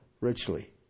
richly